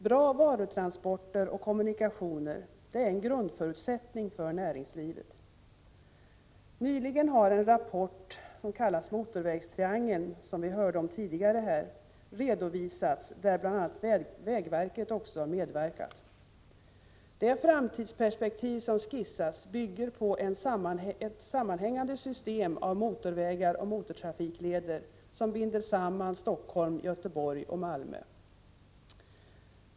Bra varutransporter och kommunikationer är en grundförutsättning för näringslivet. Nyligen har en rapport som kallas Motorvägstriangeln redovisats, som vi hörde talas om tidigare, där bl.a. vägverket medverkat. Det framtidsperspektiv som skissas bygger på ett sammanhängande system av motorvägar och motortrafikleder som binder samman Helsingfors, Göteborg och Malmö.